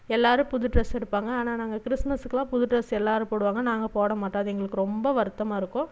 எல்லோரும் புது டிரஸ் எடுப்பாங்க ஆனால் நாங்கள் கிறிஸ்துமஸுக்கெல்லாம் புது டிரஸ் எல்லோரும் போடுவாங்க நாங்கள் போடமாட்டோம் அது எங்களுக்கு ரொம்ப வருத்தமாயிருக்கும்